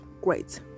great